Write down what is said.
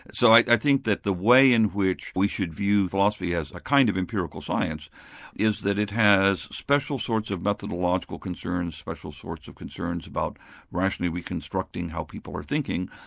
so i think that the way in which we should view philosophy as a kind of empirical science is that it has special sorts of methodological concerns, special sorts of concerns about rationally reconstructing how people are thinking,